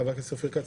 חבר הכנסת אופיר כץ,